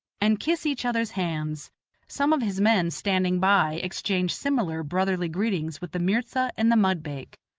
and kiss each-other's hands some of his men standing by exchange similar brotherly greetings with the mirza and the mudbake.